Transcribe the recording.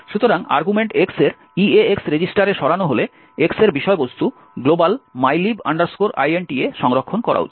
সুতরাং argument X এর EAX রেজিস্টারে সরানো হলে X এর বিষয়বস্তু গ্লোবাল mylib int এ সংরক্ষণ করা উচিত